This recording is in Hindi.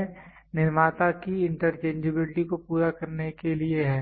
यह निर्माता की इंटरचेंजेबिलिटी को पूरा करने के लिए है